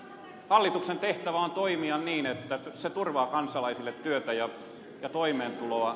hallituksen tehtävä on toimia niin että se turvaa kansalaisille työtä ja toimeentuloa